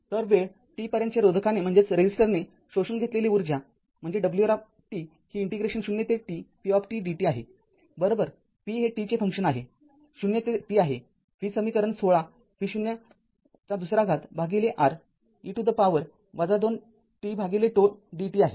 तरवेळ t पर्यंत रोधकाने शोषून घेतलेली उर्जा म्हणजे wR ही इंटिग्रेशन ० ते t p dt आहेबरोबर p हे t चे फंक्शन आहे ० ते t हे v समीकरण १६ v0 २R e to the power २ tζ dt आहे